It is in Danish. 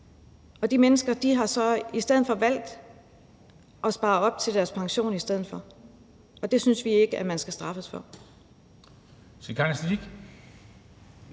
og de mennesker har så i stedet for valgt at spare op til deres pension, og det synes vi ikke man skal straffes for.